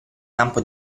campo